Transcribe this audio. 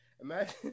Imagine